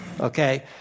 okay